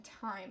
time